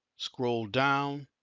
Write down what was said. scroll down.